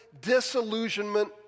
disillusionment